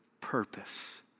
purpose